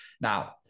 now